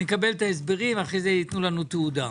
נקבל את ההסברים, אחרי זה ייתנו לנו תעודה.